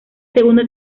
segunda